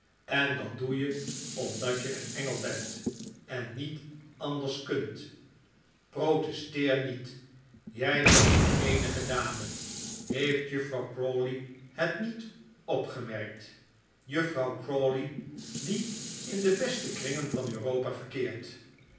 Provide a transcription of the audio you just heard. en dat doe je omdat je een engel bent en niet anders kunt protesteer niet jij bent de eenige dame heeft juffrouw crawley het niet opgemerkt juffrouw crawley die in de beste kringen van europa verkeert